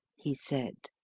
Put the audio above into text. he said.